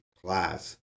class